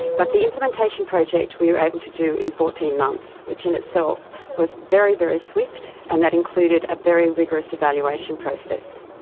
but the implementation project we were able to do in fourteen months, which in itself was very, very swift, and that included a very rigorous evaluation process.